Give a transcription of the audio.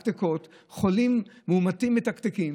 מתקתקות, חולים מאומתים מתקתקים.